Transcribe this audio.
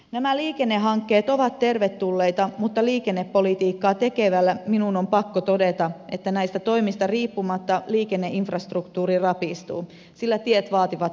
nämä liikennehankkeet ovat tervetulleita mutta liikennepolitiikkaa tekevänä minun on pakko todeta että näistä toimista riippumatta liikenneinfrastruktuuri rapistuu sillä tiet vaativat ylläpitoa